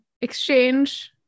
exchange